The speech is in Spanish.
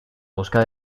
busca